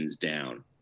down